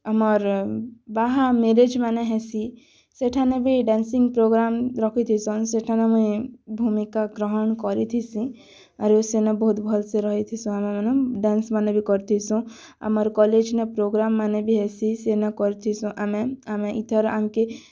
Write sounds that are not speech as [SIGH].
ଆମର ବାହା ମେରେଜ୍ମାନେ ହେସି ସେଠାନେ ବି ଡ୍ୟାନ୍ସିଂ ପ୍ରୋଗ୍ରାମ୍ ରଖି ଥିସନ୍ ସେଠାନେ ମୁଇଁ ଭୂମିକା ଗ୍ରହଣ କରି ଥିସି ଆରୁ ସେନୁଁ ବହୁତ ଭଲ୍ସେ ରହିଥିସନ୍ [UNINTELLIGIBLE] ଡ୍ୟାନ୍ସ୍ମାନ କରିଥିସ ଆମର କଲେଜ ନେ ପ୍ରୋଗ୍ରାମମାନେ ବି ହେସି ସେନ କରିଥିସ ଆମେ ଆମେ ଇଥର୍ ଆନ୍କେଁ